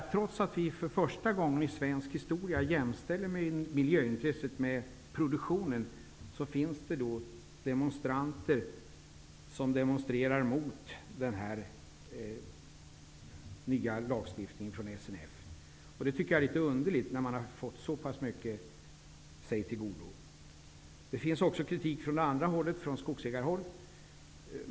Trots att vi för första gången i svensk historia jämställer miljöintresset med produktionen finns det personer från SNF som demonstrerar mot den här nya lagstiftningen. Det tycker jag är litet underligt, eftersom man har fått så pass mycket till godo. Det förekommer även kritik från andra hållet, från skogsägarna.